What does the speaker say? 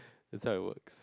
that's how it works